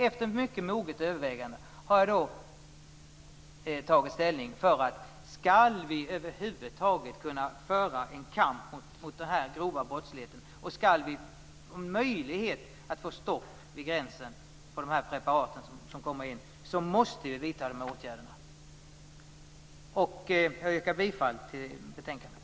Efter mycket moget övervägande har jag sedan tagit ställning för att om vi över huvud taget skall kunna föra en kamp mot den här grova brottsligheten och ha någon möjlighet att vid gränsen stoppa de preparat som kommer in i landet måste vi vidta de här åtgärderna. Jag yrkar bifall till utskottets hemställan.